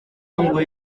ngo